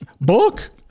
Book